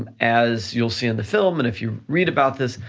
um as you'll see on the film, and if you read about this,